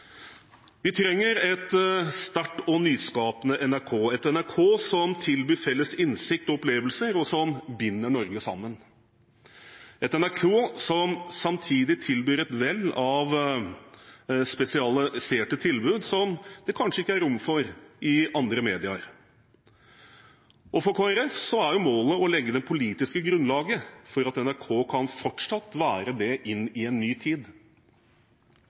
Vi trenger et sterkt og nyskapende NRK – et NRK som tilbyr felles innsikt og opplevelser, og som binder Norge sammen, og et NRK som samtidig tilbyr et vell av spesialiserte tilbud som det kanskje ikke er rom for i andre medier. For Kristelig Folkeparti er målet å legge det politiske grunnlaget for at NRK fortsatt kan være det inn i en ny tid.